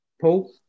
Paul